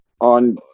on